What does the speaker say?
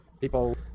people